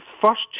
first